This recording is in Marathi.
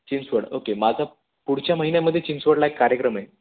चिंचवड ओके माझं पुढच्या महिन्यामध्ये चिंचवडला एक कार्यक्रम आहे